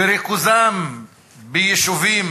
וריכוזם ביישובים